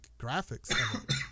graphics